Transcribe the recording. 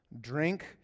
Drink